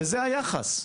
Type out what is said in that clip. וזה היחס.